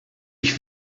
ich